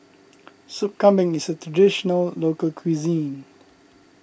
Soup Kambing is a Traditional Local Cuisine